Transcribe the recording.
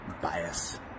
bias